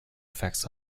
effects